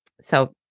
so-